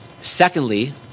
Secondly